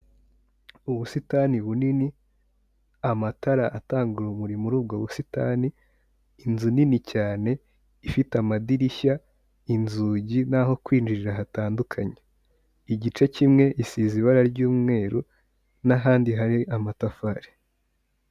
Ubusitani bunini, amatara atanga urumuri muri ubwo busitani, inzu nini cyane, ifite amadirishya, inzugi n'aho kwinjirira hatandukanye. Igice kimwe gisize ibara ry'umweru n'ahandi hari amatafari.